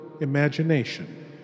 imagination